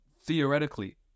theoretically